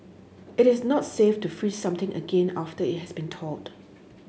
it is not safe to freeze something again after it has been thawed